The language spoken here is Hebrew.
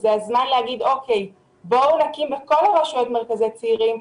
זה הזמן להגיד: בואו נקים בכל הרשויות מרכזי צעירים,